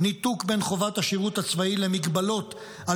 ניתוק בין חובת השירות הצבאי למגבלות על